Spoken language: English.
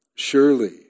Surely